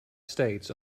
states